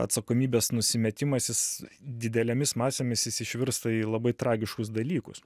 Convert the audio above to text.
atsakomybės nusimetimas jis didelėmis masėmis jis išvirsta į labai tragiškus dalykus